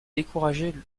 décourager